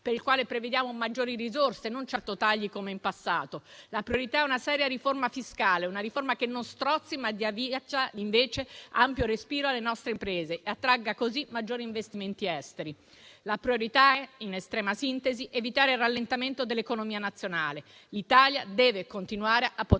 per il quale prevediamo maggiori risorse, non certo tagli come in passato; la priorità è una seria riforma fiscale, una riforma che non strozzi, ma dia invece ampio respiro alle nostre imprese e attragga così maggiori investimenti esteri. La priorità, in estrema sintesi, è evitare il rallentamento dell'economia nazionale. L'Italia deve continuare a poter correre